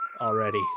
already